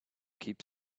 keep